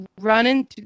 running